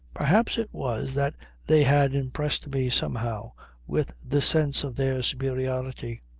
perhaps it was that they had impressed me somehow with the sense of their superiority.